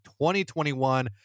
2021